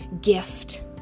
gift